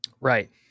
Right